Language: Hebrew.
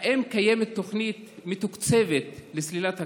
1. האם קיימת תוכנית מתוקצבת לסלילת הכביש?